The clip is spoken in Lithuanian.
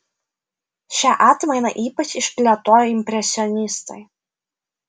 šią atmainą ypač išplėtojo impresionistai